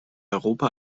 europa